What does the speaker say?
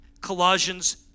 Colossians